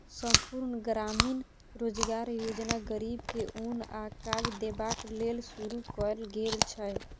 संपुर्ण ग्रामीण रोजगार योजना गरीब के ओन आ काज देबाक लेल शुरू कएल गेल छै